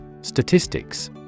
Statistics